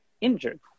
injured